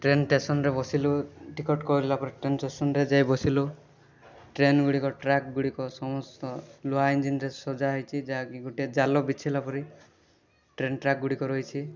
train ଷ୍ଟେସନ୍ରେ ବସିଲୁ ticket କରିଲାପରେ ଟ୍ରେନ୍ ଷ୍ଟେସନ୍ରେ ଯାଇ ବସିଲୁ ଟ୍ରେନ୍ଗୁଡ଼ିକ ଟ୍ରାକ୍ଗୁଡ଼ିକ ସମସ୍ତ ଲୁହା ଇଞ୍ଜିନ୍ରେ ସଜା ହେଇଛି ଯାହାକି ଗୋଟେ ଜାଲ ବିଛେଇଲା ପରି ଟ୍ରେନ୍ ଟ୍ରାକଗୁଡ଼ିକ ରହିଛି